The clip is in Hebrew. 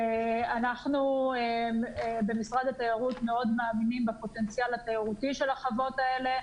אנחנו במשרד התיירות מאמינים מאוד בפוטנציאל התיירותי של החוות האלה,